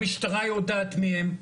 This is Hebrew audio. המשטרה יודעת מי הם,